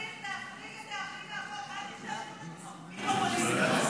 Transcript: צריך להחריג מהחוק את האחים, בלי פופוליזם.